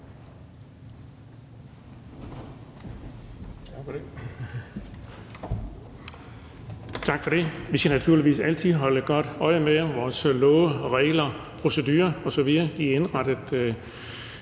Tak for det. Vi skal naturligvis altid holde godt øje med, om vores love og regler og procedurer osv. er indrettet